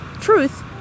truth